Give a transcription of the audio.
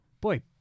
boy